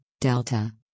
delta